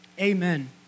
Amen